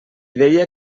deia